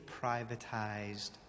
privatized